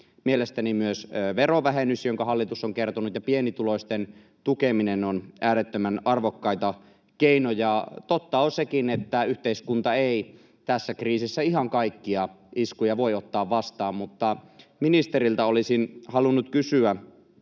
Mielestäni myös verovähennys, josta hallitus on kertonut, ja pienituloisten tukeminen ovat äärettömän arvokkaita keinoja. Totta on sekin, että yhteiskunta ei tässä kriisissä ihan kaikkia iskuja voi ottaa vastaan. Mutta ministeriltä olisin halunnut kysyä.